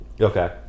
Okay